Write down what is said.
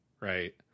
Right